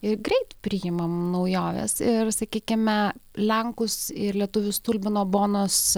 ir greit priimam naujoves ir sakykime lenkus ir lietuvius stulbino bonos